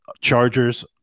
chargers